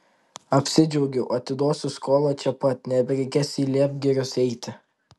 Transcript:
apsidžiaugiau atiduosiu skolą čia pat nebereikės į liepgirius eiti